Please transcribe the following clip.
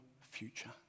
future